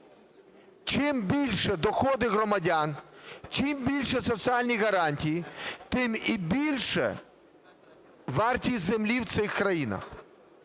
Чим більші доходи громадян, чим більші соціальні гарантії, тим і більше вартість землі в цих країнах.